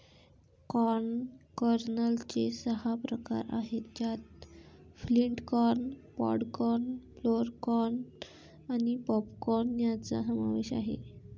corn कर्नलचे सहा प्रकार आहेत ज्यात flint corn, pod corn, flour corn आणि पॉप कॉर्न यांचा समावेश आहे